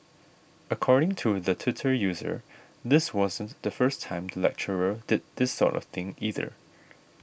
according to the Twitter user this wasn't the first time the lecturer did this sort of thing either